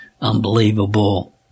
Unbelievable